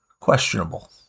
questionable